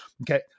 Okay